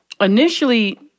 initially